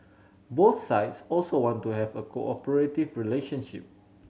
both sides also want to have a cooperative relationship